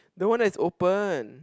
the one that's open